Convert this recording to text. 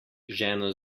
ženo